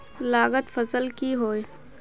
लागत फसल की होय?